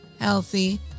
healthy